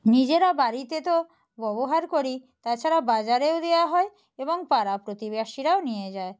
নিজেরা বাড়িতে তো ব্যবহার করি তাছাড়া বাজারেও দেওয়া হয় এবং পাড়া প্রতিবেশীরাও নিয়ে যায়